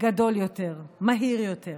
גדול יותר, מהיר יותר.